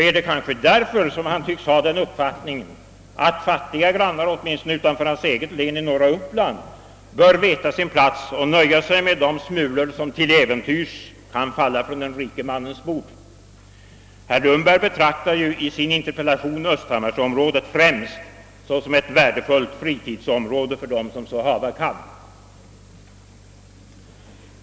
Är det kanske därför som han tycks ha den uppfattningen att fattiga grannar, åtminstone utanför hans eget län i norra Uppland, bör veta sin plats och nöja sig med de smulor som till äventyrs kan falla från den rike mannens bord? Herr Lundberg betraktar ju i sin interpellation östhammarsområdet främst såsom ett värdefullt fritidsområde för dem som har möjlighet att utnyttja det.